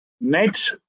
net